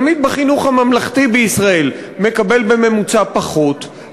התלמיד בחינוך הממלכתי בישראל מקבל בממוצע פחות,